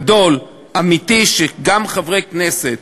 גדול, אמיתי, שגם חברי כנסת